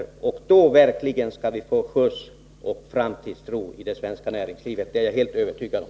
Då skall vi verkligen få skjuts och framtidstro i det svenska näringslivet. Det är jag helt övertygad om.